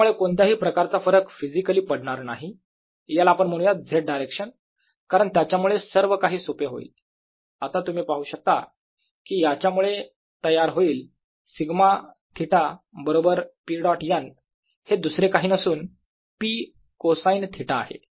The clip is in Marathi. यामुळे कोणत्याही प्रकारचा फरक फिजिकली पडणार नाही याला आपण म्हणूयात z डायरेक्शन कारण त्याच्यामुळे सर्वकाही सोपे होईल आता तुम्ही पाहू शकता कि याच्यामुळे तयार होईल σ थिटा बरोबर P डॉट n हे दुसरे काही नसून P कोसाईन थिटा आहे